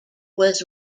was